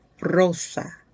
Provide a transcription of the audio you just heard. rosa